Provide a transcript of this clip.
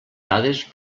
dades